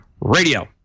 Radio